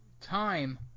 time